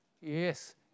Yes